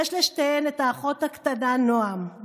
יש לשתיהן את האחות הקטנה נועם,